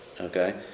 Okay